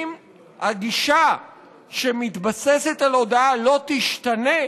ואם הגישה שמתבססת על הודאה לא תשתנה,